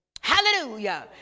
Hallelujah